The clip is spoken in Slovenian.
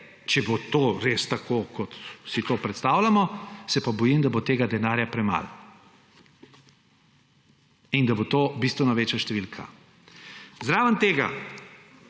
če bo to res tako, kot si to predstavljamo, se pa bojim, da bo tega denarja premalo in da bo to bistveno večja številka. Zraven tega